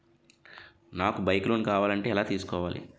నాకు bike loan కావాలంటే ఎలా తీసుకోవాలి?